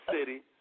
City